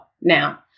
now